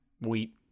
wheat